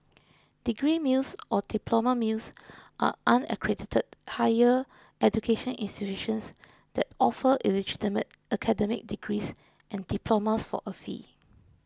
degree mills or diploma mills are unaccredited higher education institutions that offer illegitimate academic degrees and diplomas for a fee